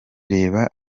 reba